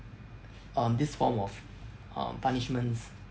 um this form of uh punishments